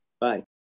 Bye